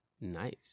nice